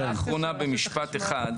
הערה אחרונה במשפט אחד,